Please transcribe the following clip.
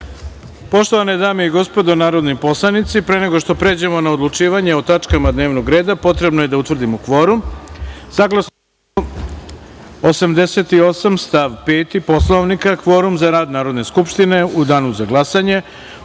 sekretaru. Poštovane dame i gospodo narodni poslanici, pre nego što pređemo na odlučivanje o tačkama dnevnog reda, potrebno je da utvrdimo kvorum. Saglasno članu 88. stav 5. Poslovnika, kvorum za rad Narodne skupštine u danu za glasanje